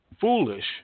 foolish